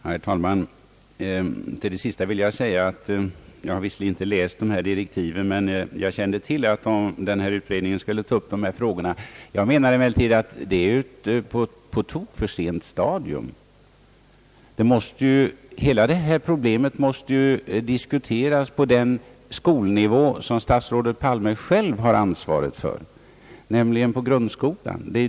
Herr talman! Till det sista vill jag säga, att jag visserligen inte läst dessa direktiv men att jag kände till att utredningen skulle ta upp dessa frågor. Jag menar emellertid att det är ett på tok för sent stadium. Hela detta problem måste ju diskuteras för den skolnivå som statsrådet Palme själv har ansvaret för, nämligen grundskolan.